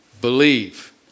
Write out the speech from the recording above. believe